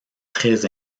très